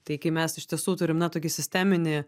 tai kai mes iš tiesų turime tokį sisteminį